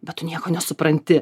bet tu nieko nesupranti